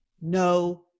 no